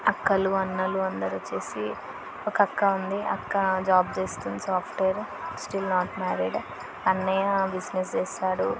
అక్కలు అన్నలు అందరు వచ్చి ఒక అక్క ఉంది అక్క జాబ్ చేస్తుంది సాఫ్ట్వేర్ స్టిల్ నాట్ మ్యారీడ్ అన్నయ్య బిజినెస్ చేస్తాడు